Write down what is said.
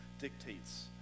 dictates